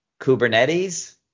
Kubernetes